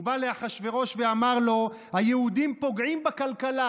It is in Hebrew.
הוא בא לאחשוורוש ואמר לו: היהודים פוגעים בכלכלה,